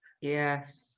Yes